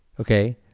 Okay